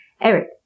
Eric